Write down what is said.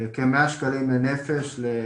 האם זה נכון להביא מנה אחת למשפחה שאין לה ארוחה חמה לכל